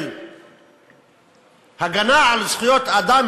של הגנה על זכויות אדם,